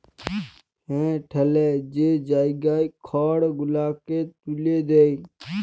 হাঁ ঠ্যালে যে জায়গায় খড় গুলালকে ত্যুলে দেয়